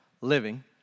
living